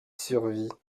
survit